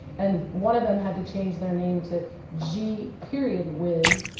and one of them had to change their name to g period whiz,